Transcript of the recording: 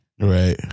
Right